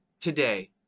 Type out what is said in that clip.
today